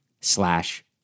slash